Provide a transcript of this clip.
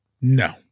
No